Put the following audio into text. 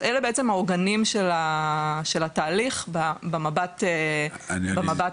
אלו בעצם העוגנים של התהליך במבט החדש.